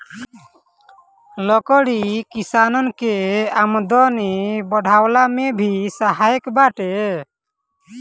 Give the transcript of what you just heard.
लकड़ी किसानन के आमदनी बढ़वला में भी सहायक बाटे